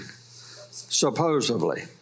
supposedly